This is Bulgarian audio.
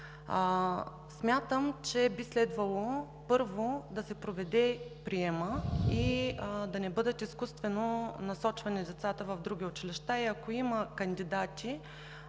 Смятам, че би следвало, първо, да се проведе приемът и да не бъдат изкуствено насочвани децата в други училища и, ако има кандидати,